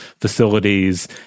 facilities